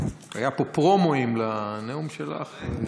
היו פה פרומואים לנאום שלך.